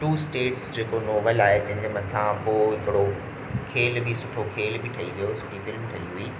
two states जेको novel आहे जंहिंजे मथां उहो हिकिड़ो खेल बि सुठो खेल बि ठही वियो सुठी फिल्म ठही हुई